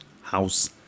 house